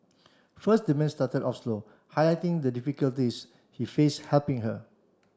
first the man started off slow highlighting the difficulties he face helping her